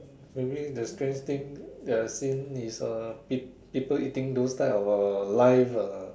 maybe the strange thing that I have seen is uh peo~ people eating those type of live uh